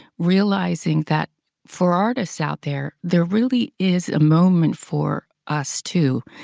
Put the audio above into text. realizing that for artists out there, there really is a moment for us, too.